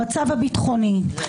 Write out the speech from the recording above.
המצב הביטחוני,